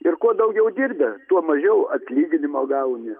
ir kuo daugiau dirbi tuo mažiau atlyginimo gauni